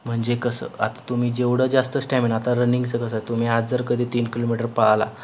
म्हणजे कसं आता तुम्ही जेवढं जास्त स्टॅमिना आता रनिंगचं कसं तुम्ही आज जर कधी तीन किलोमीटर पळाला